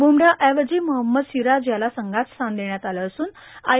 ब्मराह ऐवजी मोहम्मद सिराज याला संघात स्थान देण्यात आलं असून आय